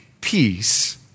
peace